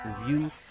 review